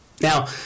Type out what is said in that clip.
Now